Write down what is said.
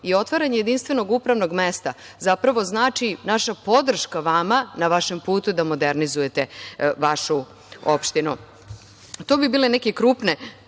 i otvaranje jedinstvenog upravnog mesta zapravo znači naša podrška vama na vašem putu da modernizujete vašu opštinu. To bile neke krupne